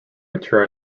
mature